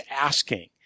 asking